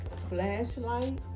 Flashlight